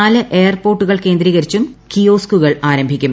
നാല് എയർപോർട്ടുകൾ കേന്ദ്രീകരിച്ചും കിയോസ്കുകൾ ആരംഭിക്കും